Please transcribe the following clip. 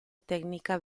tecnica